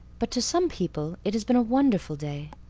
but to some people it has been a wonderful day.